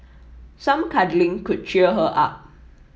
some cuddling could cheer her up